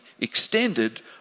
extended